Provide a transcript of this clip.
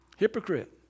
Hypocrite